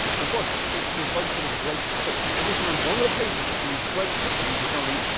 and, plus, it's an approach that'll break quickly every time one of the pages that's being scraped gets redesigned,